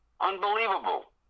unbelievable